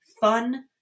fun